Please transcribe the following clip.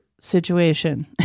situation